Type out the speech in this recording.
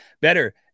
better